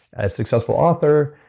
a successful author,